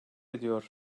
ediyor